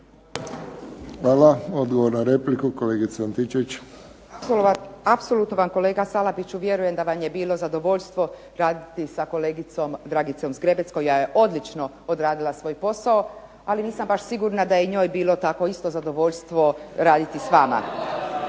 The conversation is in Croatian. **Antičević Marinović, Ingrid (SDP)** Apsolutno vam kolega Salapiću vjerujem da vam je bilo zadovoljstvo raditi sa kolegicom Dragicom Zgrebec koja je odlično odradila svoj posao. Ali nisam sigurna da je i njoj bilo isto tako zadovoljstvo raditi s vama.